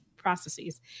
processes